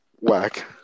whack